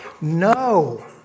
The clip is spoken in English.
no